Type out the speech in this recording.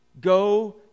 Go